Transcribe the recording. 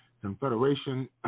confederation